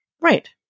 Right